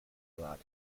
lot